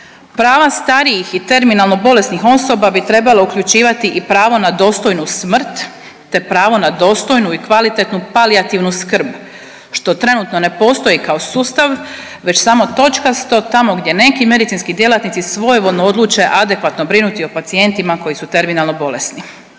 Prava starijih i terminalno bolesnih osoba bi trebalo uključivati i pravo na dostojnu smrt, te pravo na dostojnu i kvalitetnu palijativnu skrb, što trenutno ne postoji kao sustav već samo točkasto tamo gdje neki medicinski djelatnici svojevoljno odluče adekvatno brinuti o pacijentima koji su terminalno bolesni.